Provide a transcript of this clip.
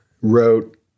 wrote